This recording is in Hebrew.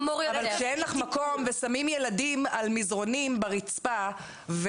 כשאין לך מקום ושמים ילדים על מזרונים ברצפה,